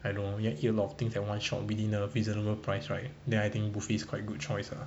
I know you eat a lot of things at one shot within a reasonable price right then I think buffet is quite good choice ah